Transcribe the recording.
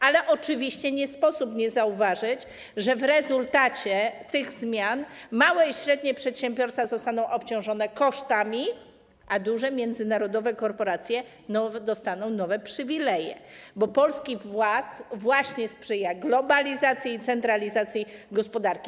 Ale oczywiście nie sposób nie zauważyć, że w rezultacie tych zmian małe i średnie przedsiębiorstwa zostaną obciążone kosztami, a duże międzynarodowe korporacje dostaną nowe przywileje, bo Polski Ład właśnie sprzyja globalizacji i centralizacji gospodarki.